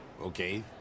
okay